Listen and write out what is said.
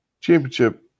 Championship